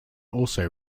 also